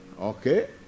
Okay